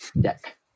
deck